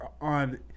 on